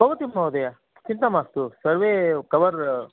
भवतु महोदया चिन्ता मास्तु सर्वे कवर्